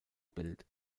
bild